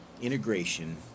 integration